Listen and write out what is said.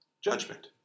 judgment